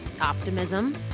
optimism